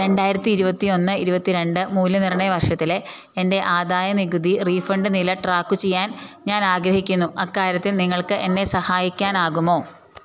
രണ്ടായിരത്തി ഇരുപത്തിയൊന്ന് ഇരുപത്തിരണ്ട് മൂല്യനിർണ്ണയ വർഷത്തിലെ എന്റെ ആദായനികുതി റീഫണ്ട് നില ട്രാക്ക് ചെയ്യാൻ ഞാനാഗ്രഹിക്കുന്നു അക്കാര്യത്തിൽ നിങ്ങൾക്ക് എന്നെ സഹായിക്കാനാകുമോ